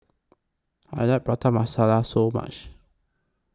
I like Prata Masala So much